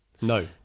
No